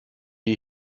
ihr